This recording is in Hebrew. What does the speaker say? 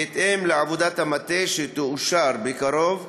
בהתאם לעבודת המטה שתאושר בקרוב,